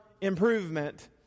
improvement